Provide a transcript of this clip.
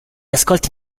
ascolti